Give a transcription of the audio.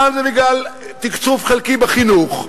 פעם זה בגלל תקצוב חלקי בחינוך,